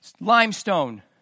limestone